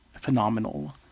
phenomenal